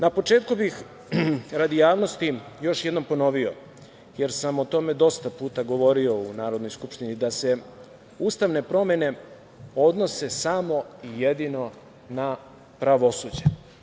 Na početku bih radi javnosti još jednom ponovio, jer sam o tome dosta puta govorio u Narodnoj skupštini, da se ustavne promene odnose samo i jedino na pravosuđe.